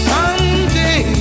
Someday